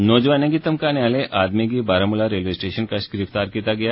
नौजवानें गी धमकाने आलें आदमी गी बाराम्ला रेलवे स्टेशन कशा गिरफ्तार कीता गेया